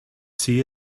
see